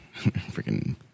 Freaking